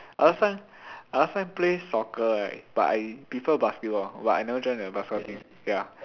last time I last time play soccer right but I prefer basketball but I never join the basketball team ya